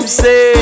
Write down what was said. say